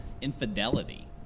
infidelity